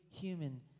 human